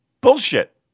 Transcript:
Bullshit